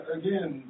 again